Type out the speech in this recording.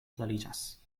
klariĝas